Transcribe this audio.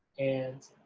and